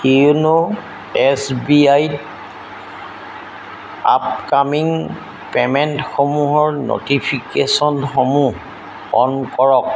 YONO S B আইত upcoming পে'মেণ্টসমূহৰ ন'টিফিকেশ্যনসমূহ অন কৰক